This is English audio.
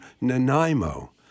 Nanaimo